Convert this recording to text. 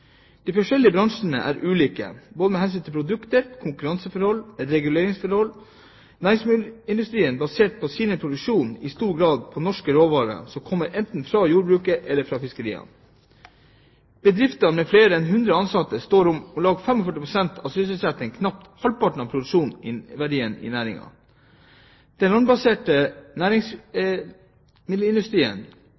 De forskjellige bransjene er ulike både med hensyn til produkter, konkurranseforhold og reguleringsforhold. Næringsmiddelindustrien baserer sin produksjon i stor grad på norske råvarer, som kommer enten fra jordbruket eller fra fiskeriene. Bedrifter med flere enn 100 ansatte står for om lag 45 pst. av sysselsettingen og knapt halvparten av produksjonsverdien i